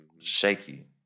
shaky